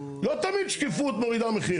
לא תמיד שקיפות מורידה מחירים.